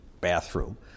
bathroom